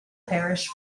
parish